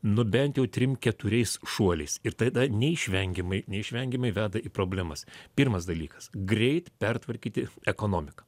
nu bent jau trim keturiais šuoliais ir tada neišvengiamai neišvengiamai veda į problemas pirmas dalykas greit pertvarkyti ekonomiką